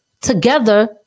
together